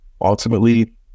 ultimately